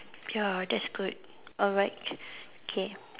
ya that's good alright K